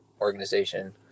organization